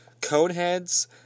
Coneheads